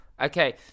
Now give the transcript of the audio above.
Okay